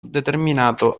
determinato